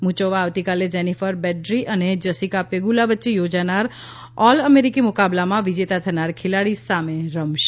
Muchova આવતીકાલે Jennifer Brady અને Jessica Pegula વચ્ચે યોજાનાર ઓલ અમેરિકી મુકાબલામાં વિજેતા થનાર ખેલાડી સામે રમશે